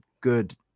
good